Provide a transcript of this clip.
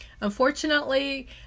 unfortunately